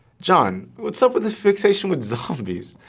john what's up with the fixation with zombies?